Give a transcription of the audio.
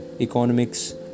economics